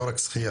לא רק שחייה.